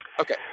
Okay